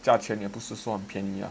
价钱也不是算便宜啊